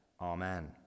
Amen